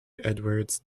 edwards